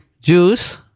juice